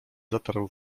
zatarł